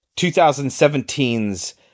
2017's